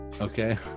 Okay